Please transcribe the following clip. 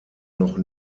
noch